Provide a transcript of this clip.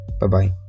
Bye-bye